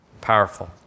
Powerful